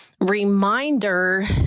reminder